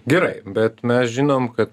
gerai bet mes žinom kad